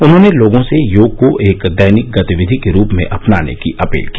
उन्होंने लोगों से योग को एक दैनिक गतिविधि के रूप में अपनाने की अपील की